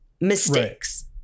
mistakes